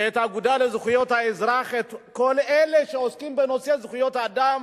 שהאגודה לזכויות האזרח וכל אלה שעוסקים בנושא זכויות האדם,